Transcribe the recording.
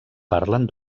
parlen